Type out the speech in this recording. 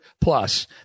Plus